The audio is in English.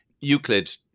Euclid